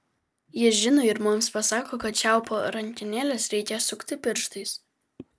jis žino ir mums pasako kad čiaupo rankenėles reikia sukti pirštais